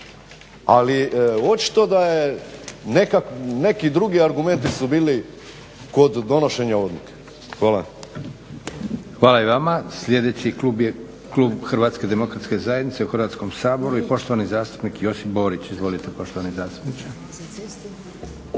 ali očito da je neki drugi argumenti su bili kod donošenja odluke. Hvala. **Leko, Josip (SDP)** Hvala i vama. Sljedeći klub je klub HDZ-a u Hrvatskom saboru i poštovani zastupnik Josip Borić. Izvolite poštovani zastupniče